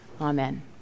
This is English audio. Amen